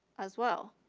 as well.